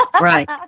Right